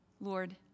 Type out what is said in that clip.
Lord